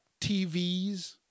TVs